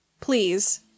please